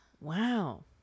Wow